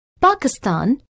Pakistan